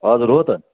हजुर हो त